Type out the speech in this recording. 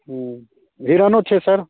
हूँ हिरनो छै सर